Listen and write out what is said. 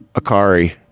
Akari